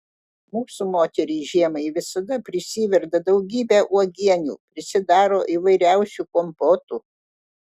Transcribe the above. mūsų moterys žiemai visada prisiverda daugybę uogienių prisidaro įvairiausių kompotų